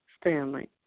Stanley